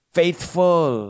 faithful